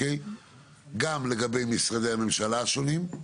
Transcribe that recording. לגבי משרדי הממשלה השונים,